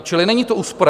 Čili není to úspora.